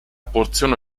porzione